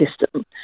system